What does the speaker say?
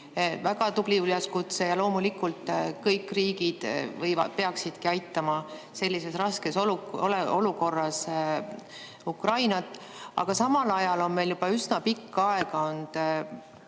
Väga tubli üleskutse ja loomulikult kõik riigid peaksidki aitama sellises raskes olukorras Ukrainat. Aga samal ajal on meil juba üsna pikka aega